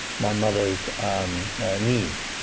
my mother's needs?